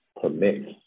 permits